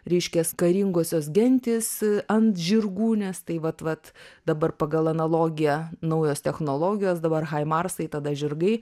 reiškias karingosios gentys ant žirgų nes tai vat vat dabar pagal analogiją naujos technologijos dabar hai marsai tada žirgai